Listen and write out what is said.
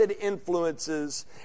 influences